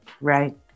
Right